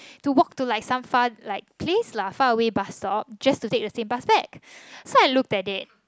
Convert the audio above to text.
to walk to like some far like place lah far away bus stop just to take the same bus back so I looked at it